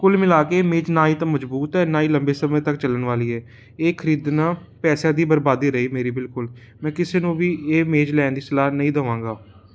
ਕੁੱਲ ਮਿਲਾ ਕੇ ਮੇਜ਼ ਨਾ ਹੀ ਤਾਂ ਮਜ਼ਬੂਤ ਹੈ ਨਾ ਹੀ ਲੰਬੇ ਸਮੇਂ ਤੱਕ ਚੱਲਣ ਵਾਲੀ ਏ ਇਹ ਖਰੀਦਣਾ ਪੈਸਿਆਂ ਦੀ ਬਰਬਾਦੀ ਰਹੀ ਮੇਰੀ ਬਿਲਕੁਲ ਮੈਂ ਕਿਸੇ ਨੂੰ ਵੀ ਇਹ ਮੇਜ਼ ਲੈਣ ਦੀ ਸਲਾਹ ਨਹੀਂ ਦੇਵਾਂਗਾ